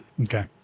okay